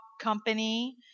company